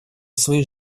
свои